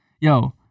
yo